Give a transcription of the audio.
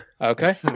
Okay